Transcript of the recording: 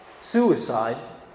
suicide